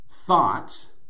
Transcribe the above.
thought